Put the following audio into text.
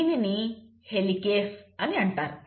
దీనిని హెలికేస్ అని అంటారు